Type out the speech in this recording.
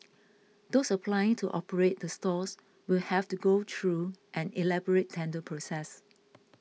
those applying to operate the stalls will have to go through an elaborate tender process